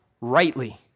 rightly